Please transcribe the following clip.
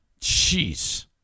Jeez